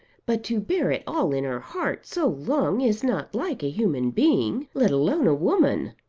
but to bear it all in her heart so long is not like a human being let alone a woman.